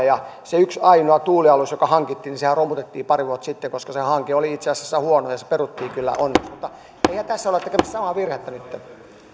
ja se yksi ainoa tuulialushan joka hankittiin romutettiin pari vuotta sitten koska se hanke oli itse asiassa huono ja se peruttiin kyllä onneksi eihän tässä olla tekemässä samaa virhettä nytten